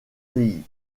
pays